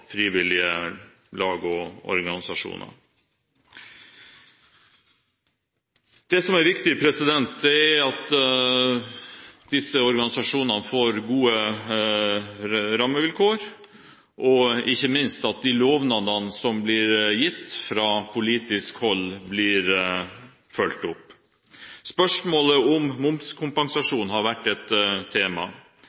frivillige lag og organisasjoner. Det som er viktig, er at disse organisasjonene får gode rammevilkår, og ikke minst at de lovnadene som blir gitt fra politisk hold, blir fulgt opp. Spørsmålet om